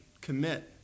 commit